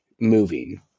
moving